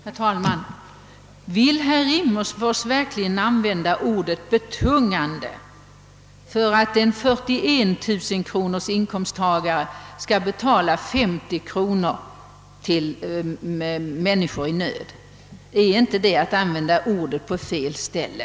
Herr talman! Vill herr Rimmerfors verkligen använda ordet »betungande» om det faktum att en 41 000-kronorsinkomsttagare får betala 50 kronor till människor i nöd? Är inte det att använda ordet på fel ställe?